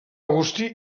agustí